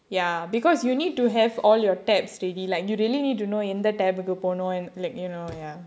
ya because you need to have all your tabs ready like you really need to know எந்த:endha tab கு போனும்:ku ponum you know ya